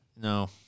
No